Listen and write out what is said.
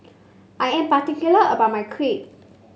I am particular about my Crepe